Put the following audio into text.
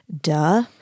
duh